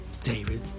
David